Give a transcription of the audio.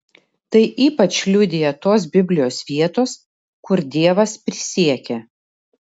tai ypač liudija tos biblijos vietos kur dievas prisiekia